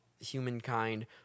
humankind